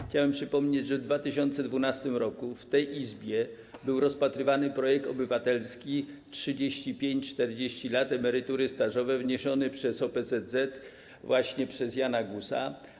Chciałem przypomnieć, że w 2012 r. w tej Izbie był rozpatrywany projekt obywatelski: 35 lat, 40 lat, emerytury stażowe, wniesiony przez OPZZ, przez Jana Guza.